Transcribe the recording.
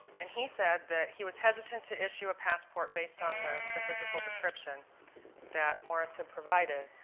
and he said that he was hesitant to issue a passport based on the the physical description that morris had provided,